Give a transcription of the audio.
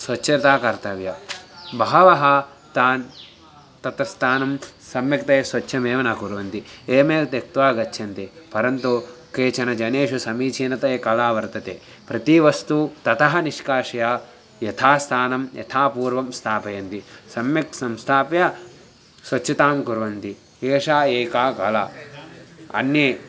स्वच्छता कर्तव्या बहवः तान् तत्र स्थानं सम्यक्तया स्वच्छमेव न कुर्वन्ति एवमेव त्यक्त्वा गच्छन्ति परन्तु केषुचन जनेषु समीचीनतया कला वर्तते प्रति वस्तु ततः निष्कास्य यथा स्थानं यथा पूर्वं स्थापयन्ति सम्यक् संस्थाप्य स्वच्छतां कुर्वन्ति एषा एका कला अन्ये